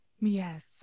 Yes